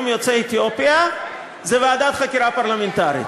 יוצאי אתיופיה זה ועדת חקירה פרלמנטרית.